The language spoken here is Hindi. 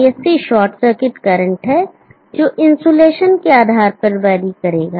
ISC शॉर्ट सर्किट करंट है जो इन्सुलेशन के आधार पर वेरी करेगा